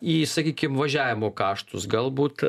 jei sakykim važiavimo kaštus galbūt